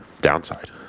downside